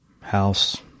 house